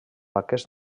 aquest